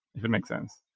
if it makes sense.